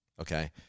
Okay